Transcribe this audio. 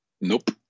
Nope